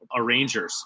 arrangers